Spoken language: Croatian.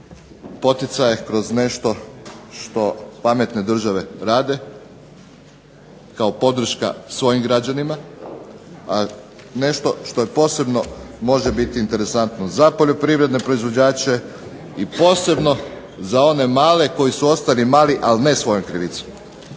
poticaje kroz nešto što pametne države rade kao podrška svojim građanima. A nešto što je posebno može biti interesantno za poljoprivredne proizvođače i posebno za one male koji su ostali mali ali ne svojom krivicom.